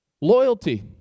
Loyalty